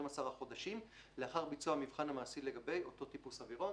החודשים לאחר ביצוע מבחן מעשי לגבי אותו טיפוס אווירון".